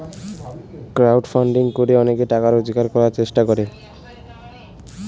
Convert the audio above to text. crowd funding করে অনেকে টাকা রোজগার করার চেষ্টা করে